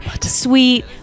sweet